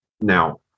Now